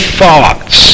thoughts